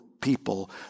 people